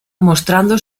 mostrando